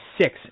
six